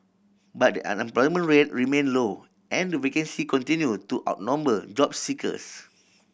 but the unemployment rate remain low and the vacancy continue to outnumber job seekers